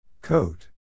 Coat